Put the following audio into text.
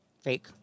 Fake